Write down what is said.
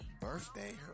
birthday